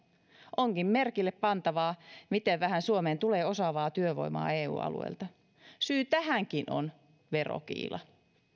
onkin merkille pantavaa miten vähän suomeen tulee osaavaa työvoimaa eu alueelta syy tähänkin on verokiila